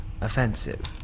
offensive